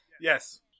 Yes